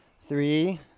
Three